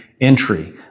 entry